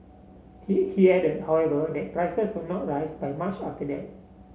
he he added however that prices will not rise by much after that